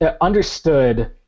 understood